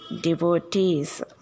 Devotees